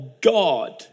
God